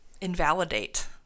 invalidate